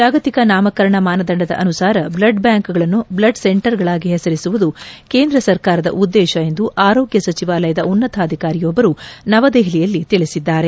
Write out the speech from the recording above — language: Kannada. ಜಾಗತಿಕ ನಾಮಕರಣ ಮಾನದಂಡದ ಅನುಸಾರ ಬ್ಲಡ್ ಬ್ಲಾಂಕ್ಗಳನ್ನು ಬ್ಲಡ್ ಸೆಂಟರ್ಗಳಾಗಿ ಹೆಸರಿಸುವುದು ಕೇಂದ್ರ ಸರ್ಕಾರದ ಉದ್ದೇಶ ಎಂದು ಆರೋಗ್ಡ ಸಚಿವಾಲಯದ ಉನ್ನತಾಧಿಕಾರಿಯೊಬ್ಬರು ನವದೆಹಲಿಯಲ್ಲಿ ತಿಳಿಸಿದ್ದಾರೆ